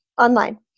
online